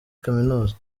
kaminuza